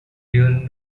during